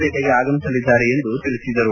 ಪೇಟೆಗೆ ಆಗಮಿಸಲಿದ್ದಾರೆ ಎಂದು ತಿಳಿಸಿದರು